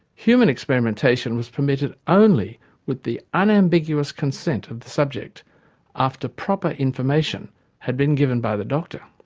human experimentation was permitted only with the unambiguous consent of the subject after proper information had been given by the doctor.